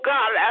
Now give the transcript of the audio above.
God